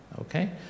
Okay